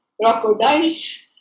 Crocodiles